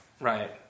Right